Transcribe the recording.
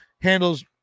handles